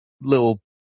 little